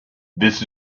this